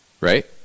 Right